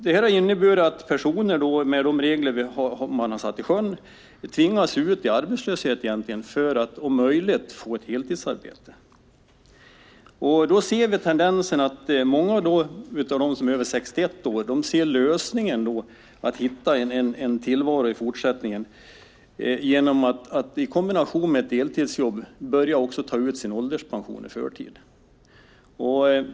Med de regler som satts i sjön tvingas personer ut i arbetslöshet för att om möjligt få ett heltidsarbete. Många av dem som är över 61 år ser en lösning i att i kombination med ett deltidsjobb börja ta ut sin ålderspension i förtid.